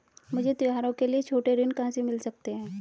मुझे त्योहारों के लिए छोटे ऋण कहां से मिल सकते हैं?